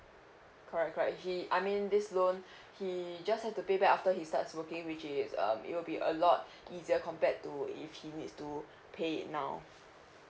correct correct he I mean this loan he just have to pay back after he start working which is um it will be a lot easier compared to if he needs to pay it now